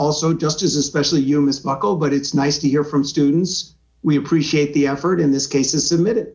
also just as especially you miss my go but it's nice to hear from students we appreciate the effort in this case is the minute